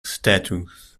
status